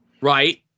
right